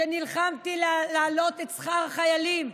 שנלחמתי להעלות את שכר החיילים,